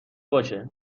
باشه